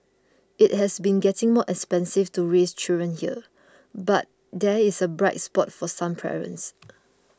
it has been getting more expensive to raise children here but there is a bright spot for some parents